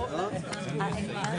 ננעלה